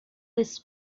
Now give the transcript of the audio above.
this